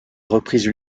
reprise